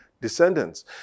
descendants